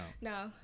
No